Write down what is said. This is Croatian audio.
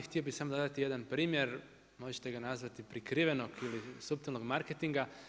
Htio bi samo dodati jedan primjer, možete ga nazvati prikrivenog ili suptilnog marketinga.